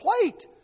plate